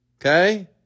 Okay